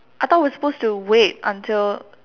I thought we're supposed to wait until